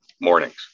mornings